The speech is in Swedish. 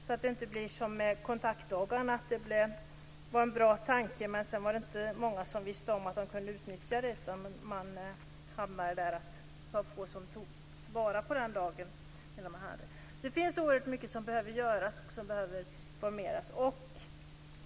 Det får inte bli som med kontaktdagarna: Det var en bra tanke, men det var inte många som visste om att de kunde utnyttja den möjligheten. Resultatet blev att det var få som tog vara på den. Det finns mycket som behöver göras.